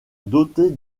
dotée